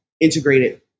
integrated